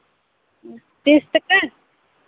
ᱛᱤᱥ ᱴᱟᱠᱟ